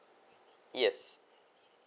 yes